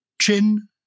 chin